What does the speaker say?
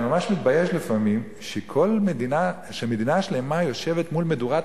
אני ממש מתבייש לפעמים שמדינה שלמה יושבת מול מדורת